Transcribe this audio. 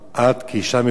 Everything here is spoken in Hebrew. כאשה מכובדת,